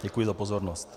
Děkuji za pozornost.